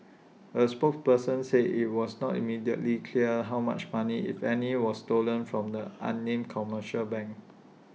A spokesperson said IT was not immediately clear how much money if any was stolen from the unnamed commercial bank